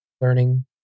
learning